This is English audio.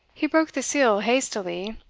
he broke the seal hastily,